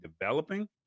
developing